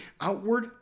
outward